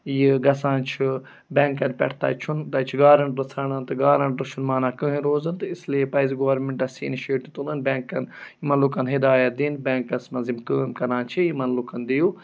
یہِ گژھان چھُ بٮ۪نٛکَن پٮ۪ٹھ تَتہِ چھُنہٕ تَتہِ چھِ گارنٹَر ژھانڈان تہٕ گارنٹَر چھُنہٕ مانان کٕہٕنۍ روزُن تہٕ اِسلیے پَزِ گورمٮ۪نٛٹَس یہِ اِنٕشیٹ تُلُن بٮ۪نٛکَن یِمَن لُکَن ہدایت دِنۍ بٮ۪نٛکَس منٛز یِم کٲم کَران چھِ یِمَن لُکَن دِیِو